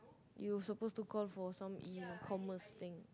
you suppose to call for some e-commerce thing